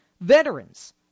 veterans